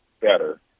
better